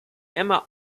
emma